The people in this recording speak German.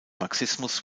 marxismus